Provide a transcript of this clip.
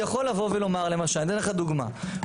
אני אתן לך דוגמה,